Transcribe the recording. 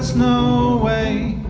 no way